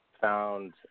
found